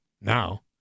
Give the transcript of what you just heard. now